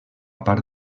part